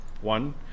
one